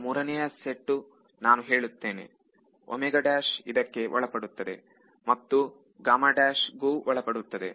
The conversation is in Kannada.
ಈಗ ಮೂರನೆಯ ಸೆಟ್ಟು ನಾನು ಹೇಳುತ್ತೇನೆ ಇದಕ್ಕೆ ಒಳಪಡುತ್ತದೆ ಮತ್ತು ಇದಕ್ಕೂ ಒಳಪಡುತ್ತದೆ